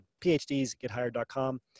PhDsgethired.com